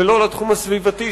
ולתחום הסביבתי,